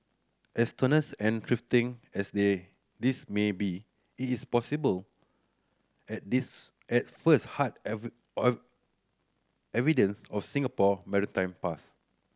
as tenuous and trifling as they this may be it is possible at this at first hard evidence of Singapore maritime past